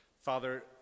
Father